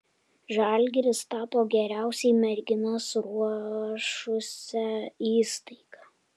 žalgiris tapo geriausiai merginas ruošusia įstaiga